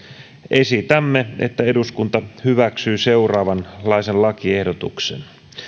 esitämme että eduskunta hyväksyy seuraavanlaisen lakiehdotuksen